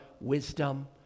wisdom